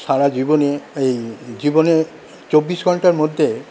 সারা জীবনে এই জীবনে চব্বিশ ঘন্টার মধ্যে